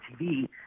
TV